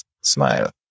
smile